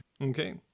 okay